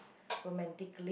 romantically